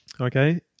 Okay